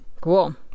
cool